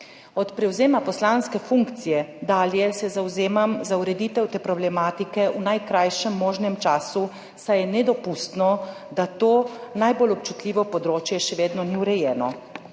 Od prevzema poslanske funkcije dalje se zavzemam za ureditev te problematike v najkrajšem možnem času, saj je nedopustno, da to najbolj občutljivo področje še vedno ni urejeno.